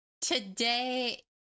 Today